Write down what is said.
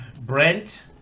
Brent